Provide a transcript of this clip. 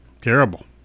Terrible